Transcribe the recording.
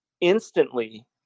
instantly